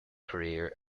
career